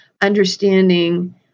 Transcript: understanding